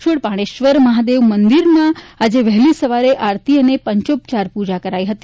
શૂળપાણેશ્વર મહાદેવ મંદિરનો આજે વહેલી સવારે આરતી તથા પંચોપચાર પુજા કરાઈ હતી